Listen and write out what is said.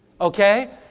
okay